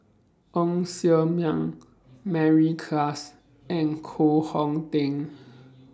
Ng Ser Miang Mary Klass and Koh Hong Teng